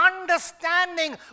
understanding